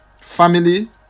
family